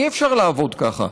אי-אפשר לעבוד ככה.